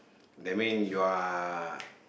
that mean you are